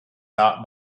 not